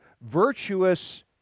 virtuous